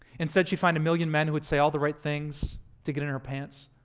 instead, she'd find a million men who would say all the right things to get in her pants.